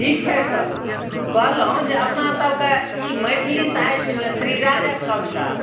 ठीक छै सर कहलहुँ जे अपनासभके ई मैथिली साहित्यमे श्रीराजक कविता